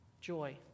joy